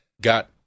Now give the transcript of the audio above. Got